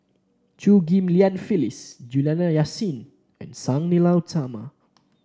Chew Ghim Lian Phyllis Juliana Yasin and Sang Nila Utama